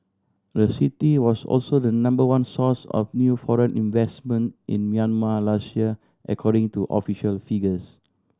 the city was also the number one source of new foreign investment in Myanmar last year according to official figures